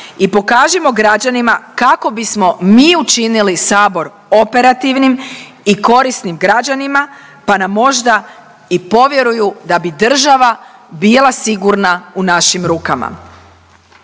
i pokažimo građanima kako bismo mi učinili sabor operativnim i korisnim građanima, pa nam možda i povjeruju da bi država bila sigurna u našim rukama.